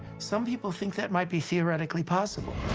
some people think that might be theoretically possible.